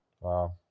Wow